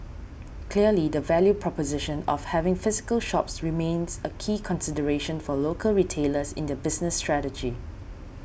clearly the value proposition of having physical shops remains a key consideration for local retailers in their business strategy